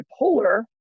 bipolar